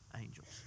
angels